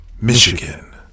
Michigan